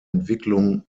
entwicklung